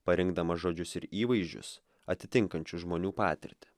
parinkdamas žodžius ir įvaizdžius atitinkančių žmonių patirtį